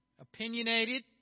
opinionated